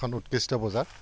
এখন উৎকৃষ্ট বজাৰ